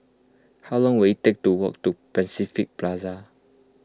how long will it take to walk to Pacific Plaza